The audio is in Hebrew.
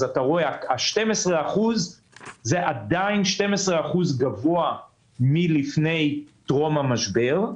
12% הוא עדיין 12% גבוה מטרום המשבר.